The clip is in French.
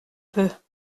peu